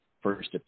first